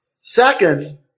Second